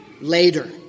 later